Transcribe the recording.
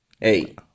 hey